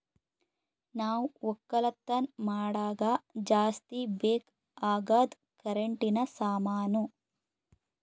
ನಾವ್ ಒಕ್ಕಲತನ್ ಮಾಡಾಗ ಜಾಸ್ತಿ ಬೇಕ್ ಅಗಾದ್ ಕರೆಂಟಿನ ಸಾಮಾನು